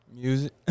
Music